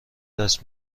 دست